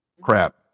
crap